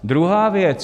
Druhá věc.